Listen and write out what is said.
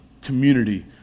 community